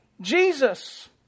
Jesus